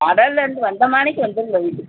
கடல்லேருந்து வந்த மேனிக்கி வந்துடுங்க வீட்டுக்கு